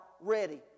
ready